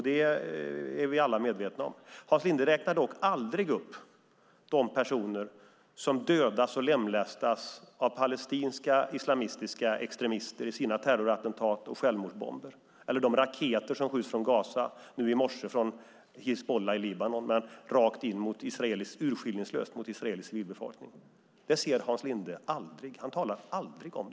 Det är vi alla medvetna om. Hans Linde räknar dock aldrig upp de personer som dödas och lemlästas av palestinska islamistiska extremisters terrorattentat och självmordsbomber eller de raketer som skjuts från Gaza. I morse skedde det från Hizbullah i Libanon urskillningslöst rakt in mot israelisk civilbefolkning. Det talar Hans Linde aldrig om.